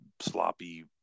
sloppy